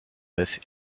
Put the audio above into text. bœuf